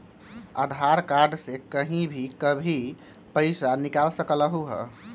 आधार card से कहीं भी कभी पईसा निकाल सकलहु ह?